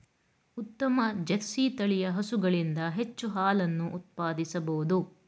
ಉತ್ತಮ ಜರ್ಸಿ ತಳಿಯ ಹಸುಗಳಿಂದ ಹೆಚ್ಚು ಹಾಲನ್ನು ಉತ್ಪಾದಿಸಬೋದು